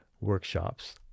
workshops